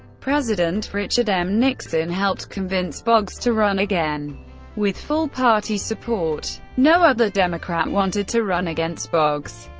president richard m. nixon helped convince boggs to run again with full party support. no other democrat wanted to run against boggs.